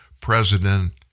president